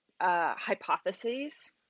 hypotheses